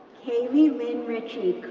kailey lynn richie,